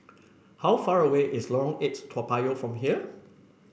how far away is Lorong Eight Toa Payoh from here